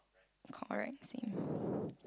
correct same